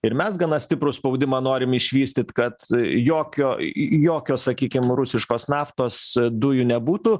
ir mes gana stiprų spaudimą norim išvystyt kad jokio jokio sakykim rusiškos naftos dujų nebūtų